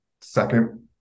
second